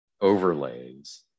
overlays